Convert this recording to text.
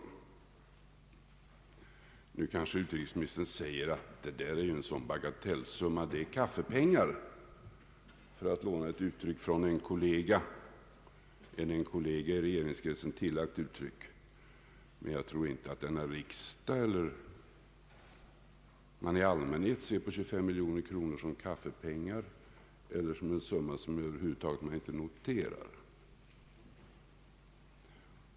Nu säger kanske utrikesministern att det där är en sådan bagatellsumma — det är kaffepengar, för att låna ett uttryck, tillagt en kollega i regeringskretsen — men jag tror inte att riksdagen eller folk i allmänhet ser på 25 miljoner kronor som kaffepengar eller som en summa som man över huvud taget inte noterar.